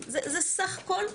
סך כל הנציבות.